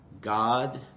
God